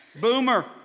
Boomer